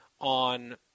on